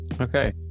Okay